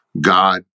God